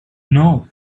know